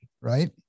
right